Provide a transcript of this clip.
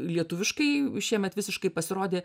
lietuviškai šiemet visiškai pasirodė